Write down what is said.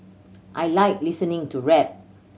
I like listening to rap